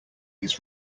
his